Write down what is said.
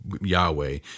Yahweh